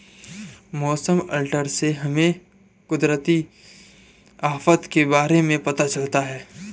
मौसम अलर्ट से हमें कुदरती आफत के बारे में पता चलता है